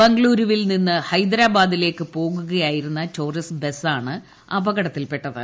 ബംഗ്ളൂരുവിൽ ബീസ്ക് ഹൈദരാബാദിലേയക്ക് പോകുകയായിരുന്ന ടൂറിസ്റ്റ് ബസാണ് അപകടത്തിൽപെട്ടത്